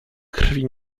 krwi